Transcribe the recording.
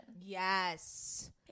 Yes